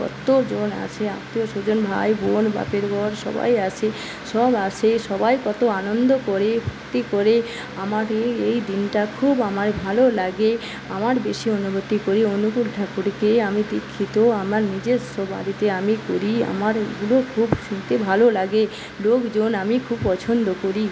কতজন আসে আত্মীয় স্বজন ভাই বোন বাপের ঘর সবাই আসে সব আসে সবাই কত আনন্দ করে ফুর্তি করে আমাকে এই দিনটা খুব আমার ভালো লাগে আমার বেশি করি অনুকূল ঠাকুরকে আমি দীক্ষিত আমার নিজস্ব বাড়িতে আমি করি আমার এগুলো খুব শুনতে ভালো লাগে লোকজন আমি খুব পছন্দ করি